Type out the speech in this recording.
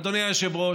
אדוני היושב-ראש,